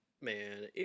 man